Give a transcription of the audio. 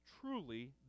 truly